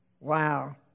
Wow